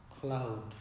cloud